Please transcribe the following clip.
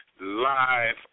live